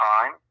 Time